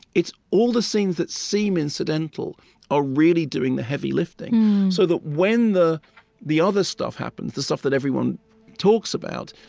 it's all the scenes that seem incidental are really doing the heavy lifting so that when the the other stuff happens, the stuff that everyone talks about,